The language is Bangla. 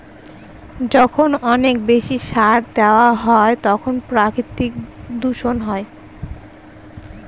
যখন অনেক বেশি সার দেওয়া হয় তখন প্রাকৃতিক দূষণ হয়